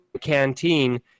canteen